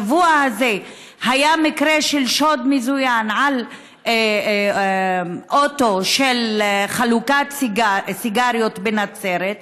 השבוע היה מקרה שוד מזוין של אוטו של חלוקת סיגריות בנצרת.